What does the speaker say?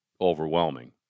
overwhelming